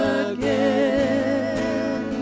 again